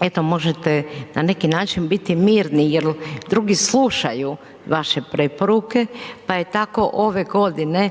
eto, možete na neki način biti mirni jer drugi slušaju vaše preporuke, pa je tako ove godine,